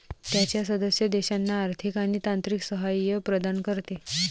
त्याच्या सदस्य देशांना आर्थिक आणि तांत्रिक सहाय्य प्रदान करते